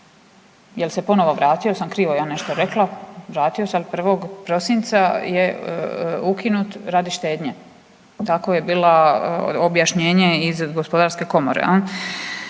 jel se ponovo vratio, jel sam krivo ja nešto rekla, vratio se al 1. prosinca je ukinut radi štednje, tako je bilo objašnjenje iz gospodarske komore